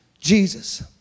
Jesus